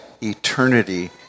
eternity